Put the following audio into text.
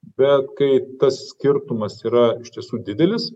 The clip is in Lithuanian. bet kai tas skirtumas yra iš tiesų didelis